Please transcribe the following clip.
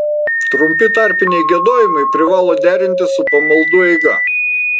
trumpi tarpiniai giedojimai privalo derintis su pamaldų eiga